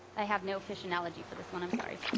i have no fish analogy for this one, i'm sorry.